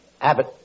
Abbott